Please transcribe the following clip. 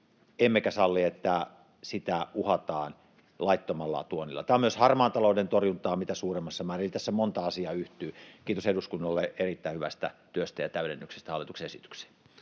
emmekä salli, että sitä uhataan laittomalla tuonnilla. Tämä on myös harmaan talouden torjuntaa mitä suurimmassa määrin, eli tässä monta asiaa yhtyy. Kiitos eduskunnalle erittäin hyvästä työstä ja täydennyksestä hallituksen esitykseen.